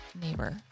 neighbor